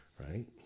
Right